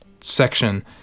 section